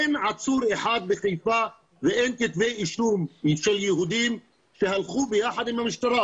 אין עצור אחד בחיפה ואין כתבי אישום נגד יהודים שהלכו ביחד עם המשטרה.